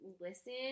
listen